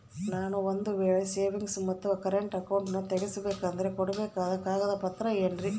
ನಾನು ಒಂದು ವೇಳೆ ಸೇವಿಂಗ್ಸ್ ಮತ್ತ ಕರೆಂಟ್ ಅಕೌಂಟನ್ನ ತೆಗಿಸಬೇಕಂದರ ಕೊಡಬೇಕಾದ ಕಾಗದ ಪತ್ರ ಏನ್ರಿ?